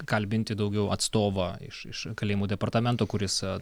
kalbinti daugiau atstovą iš iš kalėjimų departamento kuris